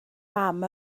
mam